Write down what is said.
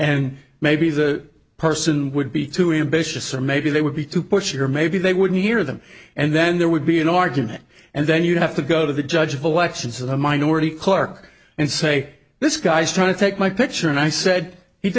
and maybe the person would be too ambitious or maybe they would be too pushy or maybe they wouldn't hear them and then there would be an argument and then you'd have to go to the judge of elections of the minority clerk and say this guy's trying to take my picture and i said he